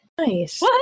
Nice